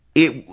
it,